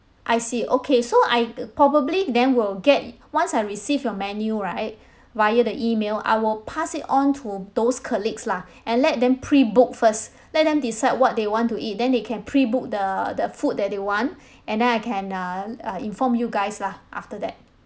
I see okay so I c~ probably then will get once I receive your menu right via the email I will pass it on to those colleagues lah and let them pre-book first let them decide what they want to eat then they can pre-book the the food that they want and then I can uh l~ uh inform you guys lah after that